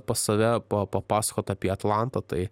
pas save pa papasakot apie atlantą tai